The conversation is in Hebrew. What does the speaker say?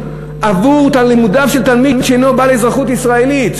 עבור לימודיו של תלמיד שאינו בעל אזרחות ישראלית.